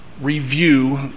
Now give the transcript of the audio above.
review